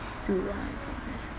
to what I think